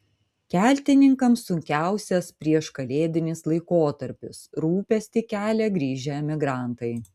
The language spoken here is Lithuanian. keltininkams sunkiausias prieškalėdinis laikotarpis rūpestį kelia grįžę emigrantai